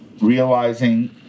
realizing